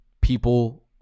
people